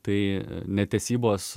tai netesybos